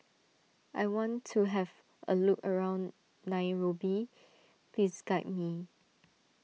I want to have a look around Nairobi please guide me